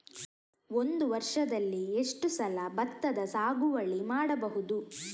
ಒಂದು ವರ್ಷದಲ್ಲಿ ಎಷ್ಟು ಸಲ ಭತ್ತದ ಸಾಗುವಳಿ ಮಾಡಬಹುದು?